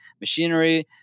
machinery